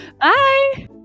Bye